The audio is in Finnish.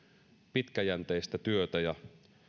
pitkäjänteistä työtä ja